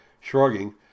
Shrugging